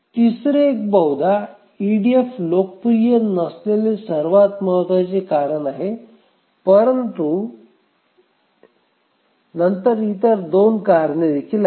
तिसरे एक बहुधा ईडीएफ लोकप्रिय नसलेले सर्वात महत्वाचे कारण आहे परंतु नंतर इतर 2 कारणे देखील आहेत